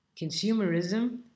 Consumerism